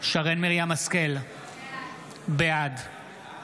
שרן מרים השכל, בעד